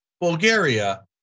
Bulgaria